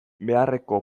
beharreko